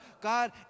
God